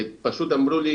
שפשוט אמרו לי,